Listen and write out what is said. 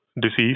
disease